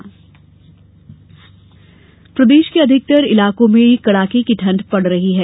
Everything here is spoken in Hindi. मौसम प्रदेश के अधिकतर इलाकों में कड़ाके ठंड पड़ रही है